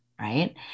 Right